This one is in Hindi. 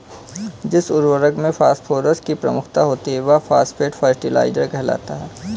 जिस उर्वरक में फॉस्फोरस की प्रमुखता होती है, वह फॉस्फेट फर्टिलाइजर कहलाता है